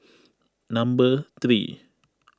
number three